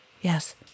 Yes